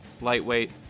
lightweight